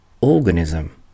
organism